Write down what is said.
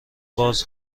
باز